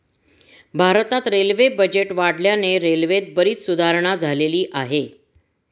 भारतात railway budget वाढल्याने रेल्वेत बरीच सुधारणा झालेली आहे